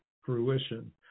fruition